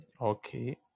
Okay